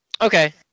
Okay